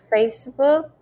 Facebook